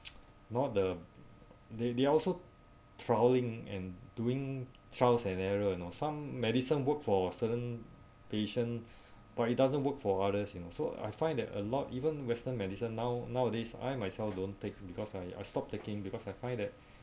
not the they they also trawling and doing trials and error you know some medicine work for certain patient but it doesn't work for others you know so I find that a lot even western medicine now nowadays I myself don't take because I I stopped taking because I find that